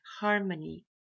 harmony